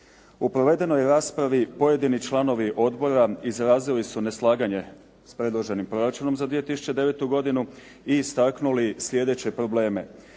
U provedenoj raspravi pojedini članovi odbora izrazili su neslaganje s predloženim proračunom za 2009. godinu i istaknuli sljedeće probleme.